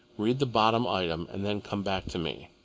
read the bottom item and then come back to me.